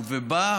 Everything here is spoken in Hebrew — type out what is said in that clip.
ובה,